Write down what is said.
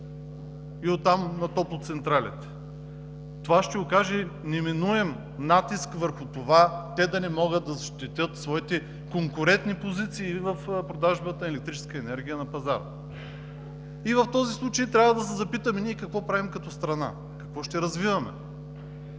и оттам на топлоцентралите. Това ще окаже неминуем натиск върху това те да не могат да защитят своите конкурентни позиции в продажбата на електрическа енергия на пазара. В този случай трябва да се запитаме какво правим ние като страна, какво ще развиваме.